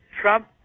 Trump